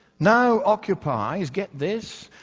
now occupies, get this.